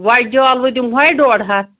وَجہِ جالوٕ دِموے ڈۄڈ ہَتھ